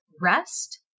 rest